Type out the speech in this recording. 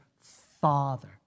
father